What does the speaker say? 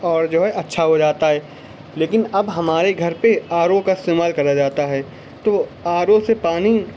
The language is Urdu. اور جو ہے اچھا ہو جاتا ہے لیکن اب ہمارے گھر پہ آر او کا استعمال کرا جاتا ہے تو آر او سے پانی